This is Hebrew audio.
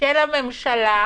של הממשלה,